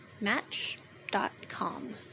Match.com